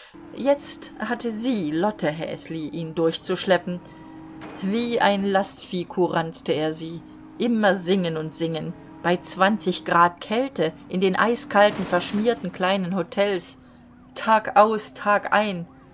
jetzt hatte sie lotte häsli ihn durchzuschleppen wie ein lastvieh kuranzte er sie immer singen und singen bei zwanzig grad kälte in den eiskalten verschmierten kleinen hotels tagaus tagein